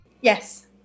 Yes